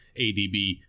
ADB